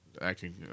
acting